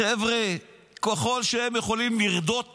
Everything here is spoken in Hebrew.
חבר'ה, ככל שהם יכולים לרדות באזרחים,